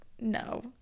no